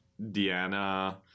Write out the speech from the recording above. Deanna